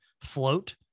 float